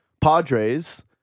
Padres